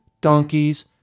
donkeys